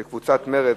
של קבוצת מרצ,